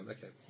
Okay